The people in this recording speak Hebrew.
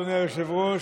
אדוני היושב-ראש,